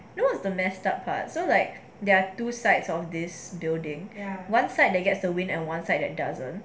you know what's the messed up part so like there are two sides of this building one side that gets the wind and one side that doesn't